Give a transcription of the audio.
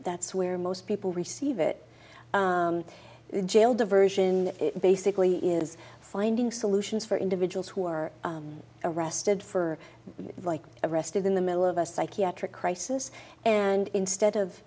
that's where most people receive it jail diversion basically is finding solutions for individuals who are arrested for like arrested in the middle of a psychiatric crisis and instead of